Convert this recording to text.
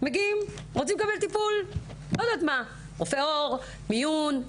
שמגיעים ורוצים לקבל טיפול, רופא עור, מיון,